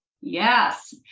Yes